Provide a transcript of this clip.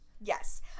Yes